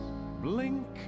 blink